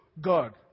God